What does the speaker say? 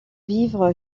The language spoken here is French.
vivre